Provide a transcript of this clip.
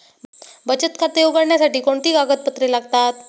बचत खाते उघडण्यासाठी कोणती कागदपत्रे लागतात?